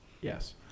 Yes